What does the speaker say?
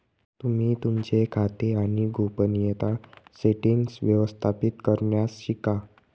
तुम्ही तुमचे खाते आणि गोपनीयता सेटीन्ग्स व्यवस्थापित करण्यास शिका